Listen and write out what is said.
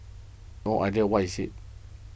no idea what is it